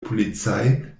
polizei